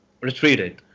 retreated